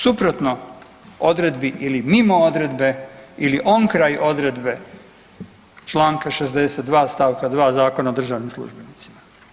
Suprotno odredbi ili mimo odredbe ili onkraj odredbe članka 62. stavka 2. Zakona o državnim službenicima.